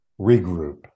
regroup